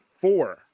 four